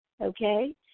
Okay